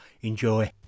Enjoy